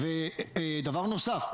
דבר נוסף,